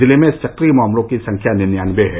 जिले में सक्रिय मामलों की संख्या निन्यानबे है